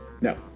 No